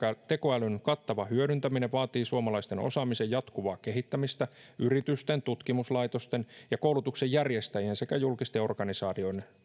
tekoälyn kattava hyödyntäminen vaatii suomalaisten osaamisen jatkuvaa kehittämistä yritysten tutkimuslaitosten ja koulutuksen järjestäjien sekä julkisten organisaatioiden